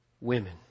women